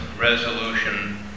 resolution